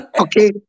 okay